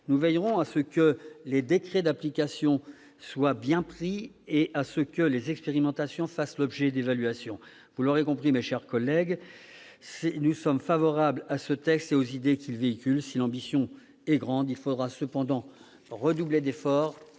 nous veillerons à ce que les décrets d'application soient bien pris et à ce que les expérimentations fassent l'objet d'évaluations. Vous l'aurez compris, mes chers collègues, nous sommes favorables à ce texte et aux idées qui le sous-tendent. Si l'ambition est grande, il faudra cependant redoubler d'efforts